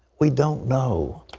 we don't know.